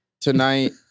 tonight